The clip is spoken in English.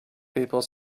people